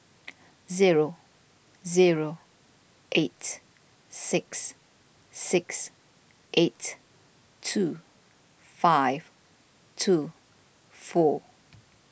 zero zero eight six six eight two five two four